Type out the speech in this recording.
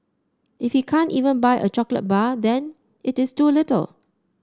if he can't even buy a chocolate bar then it is too little